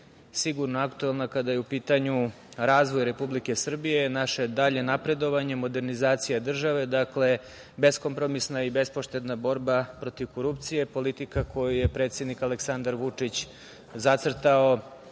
sigurno aktuelna kada je u pitanju razvoj Republike Srbije, naše dalje napredovanje, modernizacija države, dakle beskompromisna i bespoštedna borba protiv korupcije, politika koju je predsednik Aleksandar Vučić zacrtao